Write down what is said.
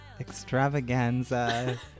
Extravaganza